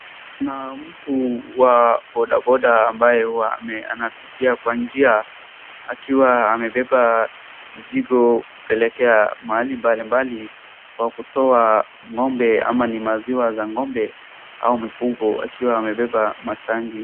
Kuna mtu wa bodaboda ambaye huwa anapitia kwa njia akiwa amebeba mzigo kupeleka mahali mbalimbali kwa kutoa ng'ombe ama ni maziwa za ng'ombe au mifugo akiwa amebeba matangi.